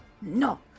no